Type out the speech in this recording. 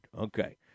Okay